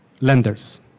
lenders